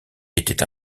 était